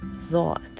thought